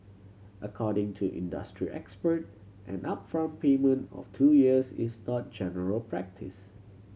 according to industry expert an upfront payment of two years is not general practice